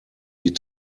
die